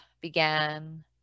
began